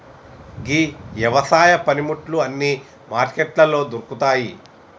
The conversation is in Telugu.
గీ యవసాయ పనిముట్లు అన్నీ మార్కెట్లలో దొరుకుతాయి